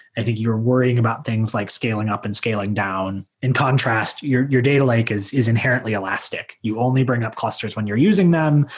i think you're worrying about things like scaling up and scaling down. in contrast, your your data lake is is inherently elastic. you only bring up clusters when you're using them.